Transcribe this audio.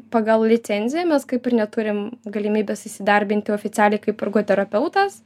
pagal licenciją mes kaip ir neturim galimybės įsidarbinti oficialiai kaip ergoterapeutas